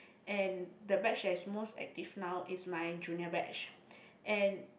and the batch that is most active now is my junior batch and